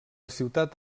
ciutat